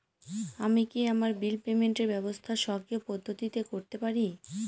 আমি কি আমার বিল পেমেন্টের ব্যবস্থা স্বকীয় পদ্ধতিতে করতে পারি?